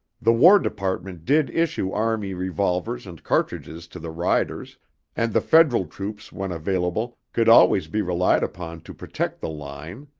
the war department did issue army revolvers and cartridges to the riders and the federal troops when available, could always be relied upon to protect the line.